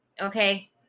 Okay